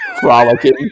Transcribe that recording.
frolicking